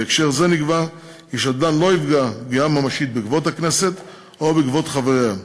בהקשר זה נקבע כי שדלן לא יפגע פגיעה ממשית בכבוד הכנסת או בכבוד חבריה,